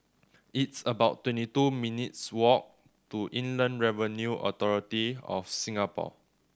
it's about twenty two minutes' walk to Inland Revenue Authority of Singapore